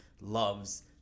loves